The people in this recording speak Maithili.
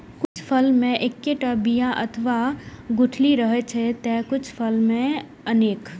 कुछ फल मे एक्केटा बिया अथवा गुठली रहै छै, ते कुछ फल मे अनेक